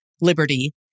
liberty